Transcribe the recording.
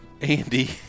Andy